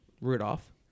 Rudolph